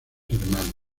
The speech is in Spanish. hermanas